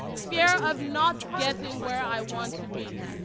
fear of not getting where i want to be.